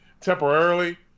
temporarily